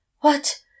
What